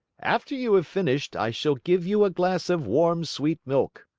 after you have finished, i shall give you a glass of warm sweet milk.